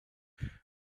but